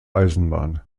eisenbahn